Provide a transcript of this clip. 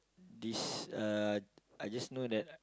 this uh I just know that